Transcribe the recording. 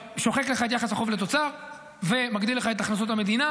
שוחק לך את יחס החוב לתוצר ומגדיל לך את הכנסות המדינה.